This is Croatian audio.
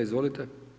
Izvolite.